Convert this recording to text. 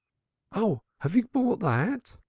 oh, have you brought that?